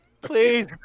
Please